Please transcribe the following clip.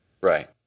Right